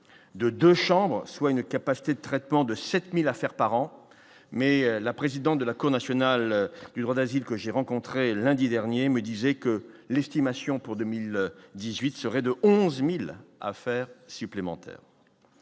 bien de 2 chambres, soit une capacité de traitement de 7000 affaires par an, mais la présidente de la Cour nationale du droit d'asile que j'ai rencontrés lundi dernier, me disait que l'estimation pour 2018 serait de 11000 affaires supplémentaires